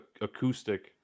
acoustic